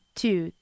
two